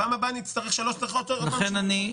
פעם הבאה נצטרך שלושה אז נשנה שוב את חוק-היסוד.